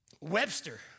Webster